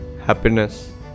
happiness